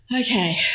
Okay